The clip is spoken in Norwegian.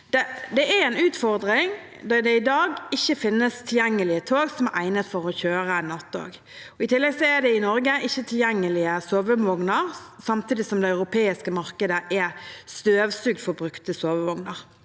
Det er en utfordring da det i dag ikke finnes tilgjengelige tog som er egnet for å kjøre nattog. I tillegg er det ikke tilgjengelige sovevogner i Norge, samtidig som det europeiske markedet er støvsugd for brukte sovevogner.